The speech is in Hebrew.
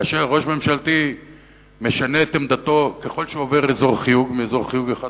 כאשר ראש ממשלתי משנה את עמדתו ככל שהוא עובר מאזור חיוג אחד לשני,